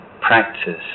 practice